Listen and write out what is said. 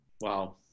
Wow